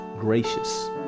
gracious